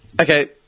Okay